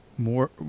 More